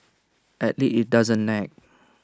at least IT doesn't nag